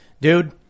dude